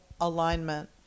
alignment